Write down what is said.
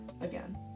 again